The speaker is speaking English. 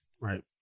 Right